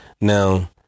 Now